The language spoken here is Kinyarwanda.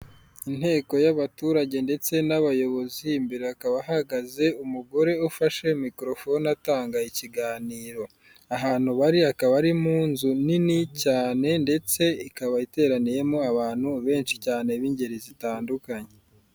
Inteko y'abaturage ndetse n'abayobozi, imbere hakaba hahagaze umugore ufashe mikorofone atanga ikiganiro. Ahantu bari akaba ari mu nzu nini cyane ndetse ikaba iteraniyemo abantu benshi cyane b'ingeri zitandukanye.